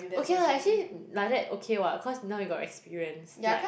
okay lah you see like that okay what cause now you got experience like